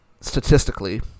statistically